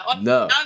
no